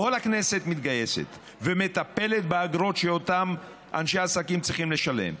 כל הכנסת מתגייסת ומטפלת באגרות שאותם אנשי עסקים צריכים לשלם,